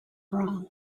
wrong